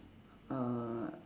err